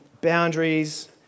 boundaries